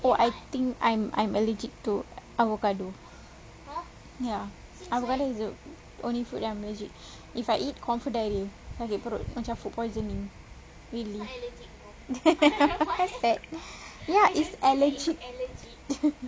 eh I think I'm I'm allergic to avocado ya I would rather the only food I'm allergic if I eat confirm diarrhoea sakit perut macam food poisoning really then what's that ya it's allergic